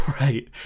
right